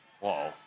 Whoa